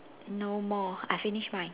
no more I finish mine